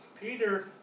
Peter